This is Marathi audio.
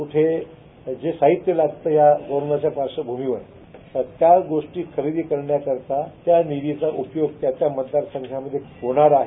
कुठे हे साहित्य लागतं या कोरोनाच्या पार्श्वभूमीवर तर त्या गोष्टी खरेदी करण्याकरता त्या निधीचा उपयोग त्या त्या मतदार संघात होणार आहे